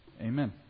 amen